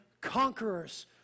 conquerors